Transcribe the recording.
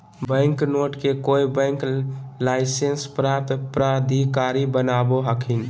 bank note के कोय bank licence प्राप्त प्राधिकारी बनावो हखिन